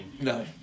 No